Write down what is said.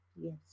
Yes